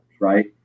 right